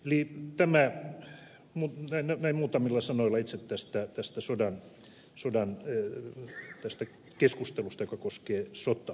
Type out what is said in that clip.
lim temme mutaseen remutamilla sanoo lizettestä tästä näin muutamilla sanoilla itse tästä keskustelusta joka koskee sotaa